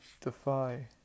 defy